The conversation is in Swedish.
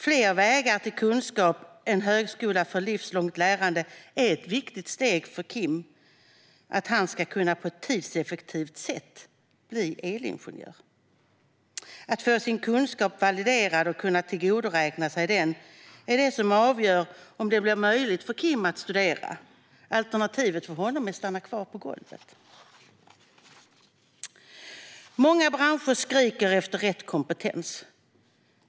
Fler vägar till kunskap och en högskola för livslångt lärande är ett viktigt steg för att Kim på ett tidseffektivt sätt ska kunna bli elingenjör. Att få sin kunskap validerad och kunna tillgodoräkna sig den är det som avgör om det blir möjligt för Kim att studera. Alternativet för honom är att stanna kvar på golvet. Många branscher skriker efter rätt kompetens.